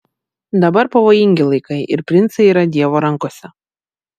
dabar pavojingi laikai ir princai yra dievo rankose